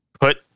Put